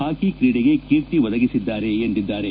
ಹಾಕಿ ಕ್ರೀಡೆಗೆ ಕೀರ್ತಿ ಒದಗಿಸಿದ್ದಾರೆ ಎಂದಿದ್ದಾರೆ